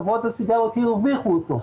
חברות הסיגריות הרוויחו אותו.